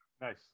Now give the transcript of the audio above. Nice